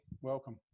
welcome